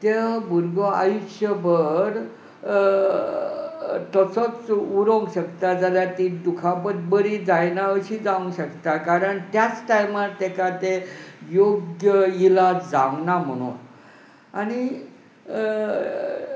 तो भुरगो आयुश्यभर तसोच उरूंक शकता जाल्यार ती दुखापत बरी जायना अशी जावंक शकता कारण त्याच टायमार ताका ते योग्य इलाज जावंक ना म्हणून आनी